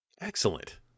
Excellent